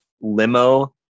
limo